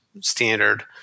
standard